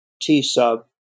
T-sub